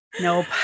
Nope